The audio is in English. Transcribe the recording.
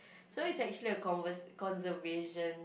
so it's actually a conver~ conservation